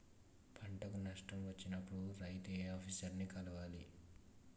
పంటకు నష్టం వచ్చినప్పుడు రైతు ఏ ఆఫీసర్ ని కలవాలి?